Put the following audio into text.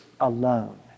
alone